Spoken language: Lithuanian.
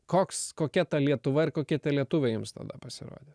koks kokia ta lietuva ir kokie tie lietuviai jums tada pasirodė